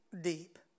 deep